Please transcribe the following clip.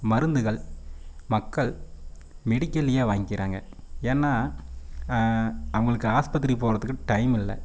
மருந்துகள் மக்கள் மெடிக்கலேயே வாங்கிறாங்க ஏன்னா அவங்களுக்கு ஆஸ்பத்திரிக்கு போகிறதுக்கு டைம் இல்லை